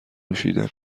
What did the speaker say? نوشیدنی